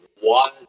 one